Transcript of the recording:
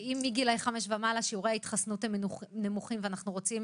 ואם מגילאי חמש ומעלה שיעורי ההתחסנות הם נמוכים ואנחנו רוצים